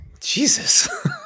Jesus